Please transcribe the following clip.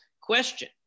question